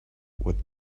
what